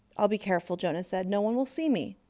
i'll be careful, jonas said. no one will see me.